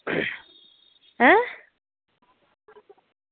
ऐं